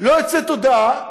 לא יוצאת הודעה,